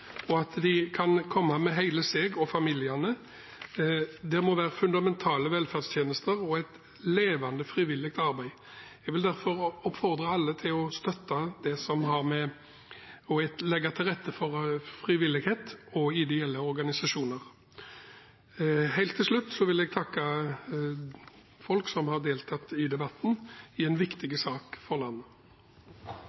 og at de kan komme med hele familien, nemlig fundamentale velferdstjenester og et levende frivillig arbeid. Jeg vil derfor oppfordre alle til å legge til rette for frivillighet og ideelle organisasjoner. Helt til slutt vil jeg takke dem som har deltatt i debatten i en viktig